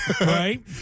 Right